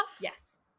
Yes